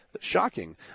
Shocking